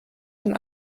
von